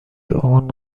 اون